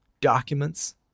documents